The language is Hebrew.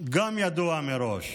ידוע מראש.